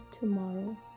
tomorrow